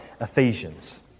Ephesians